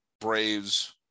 Braves